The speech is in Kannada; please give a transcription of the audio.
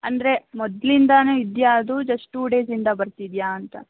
ಅಂದರೆ ಮೊದ್ಲಿಂದಾ ಇದೆಯಾ ಅದು ಜಸ್ಟ್ ಟು ಡೇಸಿಂದ ಬರ್ತಿದೆಯಾ ಅಂತ